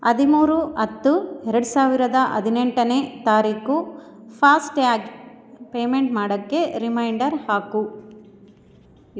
ಹದಿಮೂರು ಹತ್ತು ಎರ್ಡು ಸಾವಿರದ ಹದಿನೆಂಟನೇ ತಾರೀಖು ಫಾಸ್ಟ್ ಟ್ಯಾಗ್ ಪೇಮೆಂಟ್ ಮಾಡೋಕ್ಕೆ ರಿಮೈಂಡರ್ ಹಾಕು